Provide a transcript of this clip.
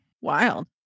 wild